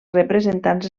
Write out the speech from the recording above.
representants